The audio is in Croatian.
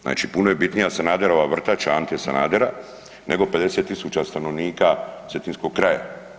Znači puno je bitnija Sanaderova vrtača, Ante Sanadera nego 50.000 stanovnika cetinskog kraja.